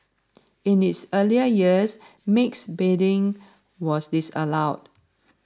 in its earlier years mixed bathing was disallowed